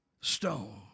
stone